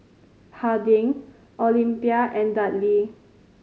Harding Olympia and Dudley